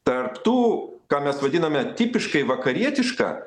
tarp tų ką mes vadiname tipiškai vakarietiška